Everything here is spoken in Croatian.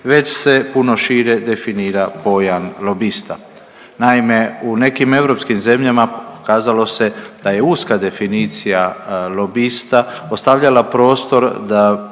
već se puno šire definira pojam lobista. Naime u nekim europskim zemljama pokazalo se da je uska definicija lobista ostavljala prostor da